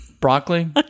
broccoli